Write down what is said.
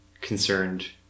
concerned